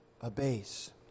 abase